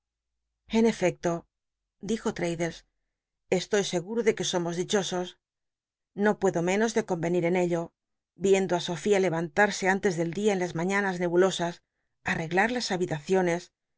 en efecto dijo l'raddles estoy sc uto de que somos dichosos no puedo menos de cotwcnir en ello viendo i sofia lcvanla tsc an tes del dia en las mañanas nebulosas anc lat las habi